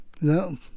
No